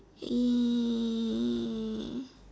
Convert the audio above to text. he